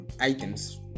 items